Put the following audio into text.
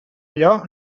allò